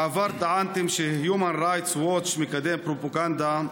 בעבר טענתם ש-Human Rights Watch מקדם פרופגנדה.